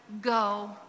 go